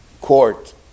court